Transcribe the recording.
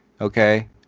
okay